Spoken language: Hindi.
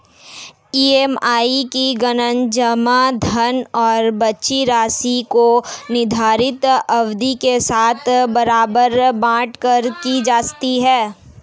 ई.एम.आई की गणना जमा धन और बची राशि को निर्धारित अवधि के साथ बराबर बाँट कर की जाती है